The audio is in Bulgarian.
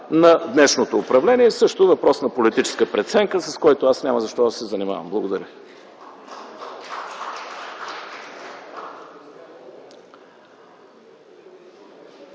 на днешното управление, също е въпрос на политическа преценка, с който аз няма защо да се занимавам. Благодаря.